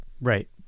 Right